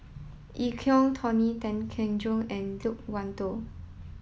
Eu Kong Tony Tan Keng Joo and Loke Wan Tho